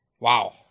Wow